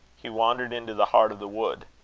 he wandered into the heart of the wood.